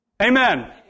Amen